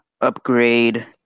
upgrade